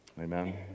Amen